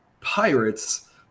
Pirates